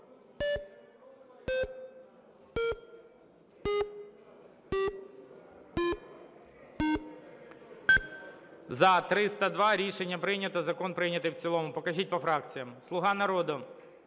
За-302 Рішення прийнято. Закон прийнятий в цілому. Покажіть по фракціях. "Слуга народу"